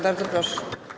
Bardzo proszę.